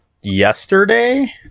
yesterday